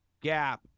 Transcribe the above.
Gap